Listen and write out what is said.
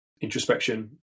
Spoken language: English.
introspection